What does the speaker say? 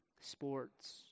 sports